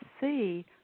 see